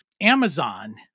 Amazon